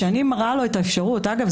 אגב,